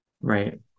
right